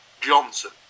Johnson